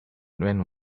man